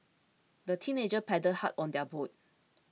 the teenagers paddled hard on their boat